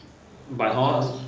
but hor